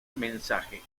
mensaje